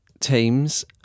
teams